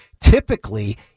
typically